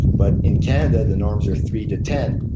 but in canada, the norms are three to ten.